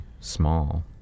small